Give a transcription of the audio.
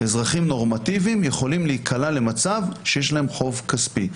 אזרחים נורמטיביים יכולים להיקלע למצב שיש להם חוב כספי.